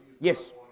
Yes